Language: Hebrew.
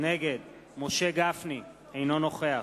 נגד משה גפני, אינו נוכח